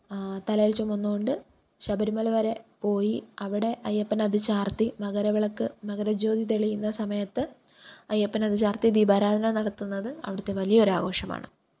തലയിൽ ചുമന്നുകൊണ്ട് ശബരിമല വരെ പോയി അവിടെ അയ്യപ്പന് അത് ചാർത്തി മകരവിളക്ക് മകരജ്യോതി തെളിയുന്ന സമയത്ത് അയ്യപ്പന് അത് ചാർത്തി ദീപാരാധന നടത്തുന്നത് അവിടുത്തെ വലിയൊരു ആഘോഷമാണ്